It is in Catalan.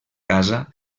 casa